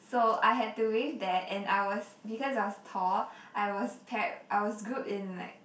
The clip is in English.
so I had to wave that and I was because I was tall I was paired I was grouped in like